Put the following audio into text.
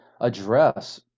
address